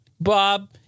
Bob